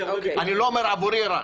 אני לא אומר שרק עבורי.